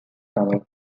tower